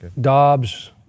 Dobbs